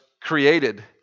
created